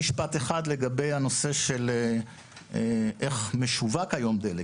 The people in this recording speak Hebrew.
לגבי הנושא של איך משווק היום דלק,